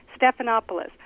Stephanopoulos